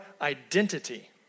identity